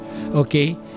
Okay